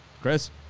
Chris